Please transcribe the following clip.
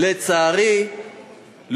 לצערי,